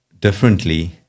differently